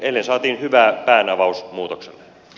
eilen saatiin hyvä päänavaus muutokselle